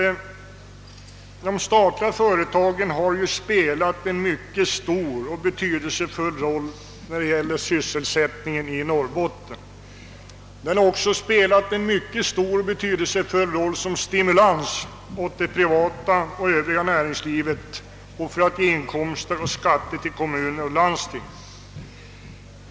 De statliga företagen har spelat en mycket betydelsefull roll då det gäller sysselsättningen i Norrbotten. De har också spelat en mycket stor och betydelsefull roll såsom stimulans åt det privata och övriga näringslivet samt när det gällt att ge inkomster genom skatter till kommuner och landsting.